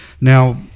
Now